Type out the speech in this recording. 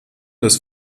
des